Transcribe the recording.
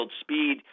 speed